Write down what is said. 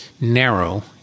narrow